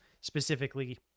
specifically